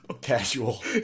casual